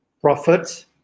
prophets